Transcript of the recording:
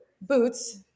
Boots